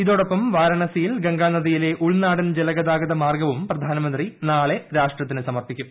ഇതോടൊപ്പം വാരാണസിയിൽ ഗംഗാനദിയിലെ ഉൾനാടൻ ജലഗതാഗത മാർഗവും പ്രധാനമന്ത്രി നാളെ രാഷ്ട്രത്തിന് സമർപ്പിക്കും